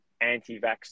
anti-vax